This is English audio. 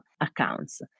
accounts